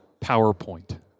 powerpoint